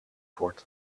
wordt